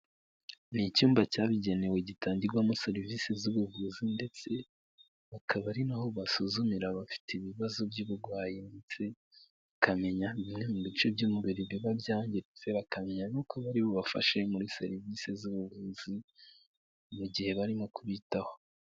Ni icyumba cyabugenewe gitangirwamo serivisi z'ubuvuzi ndetse bakaba ari naho basuzumira aba bafite ibibazo by'ubugwayi ndetse bakamenya bimwe mu bice by'umubiri biba byangiritse, bakamenya biri bubafashe muri serivisi z'ubuvuzi mu gihe barimo kubitaho.